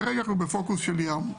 כרגע אנחנו בפוקוס של ים.